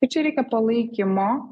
tai čia reikia palaikymo